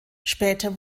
später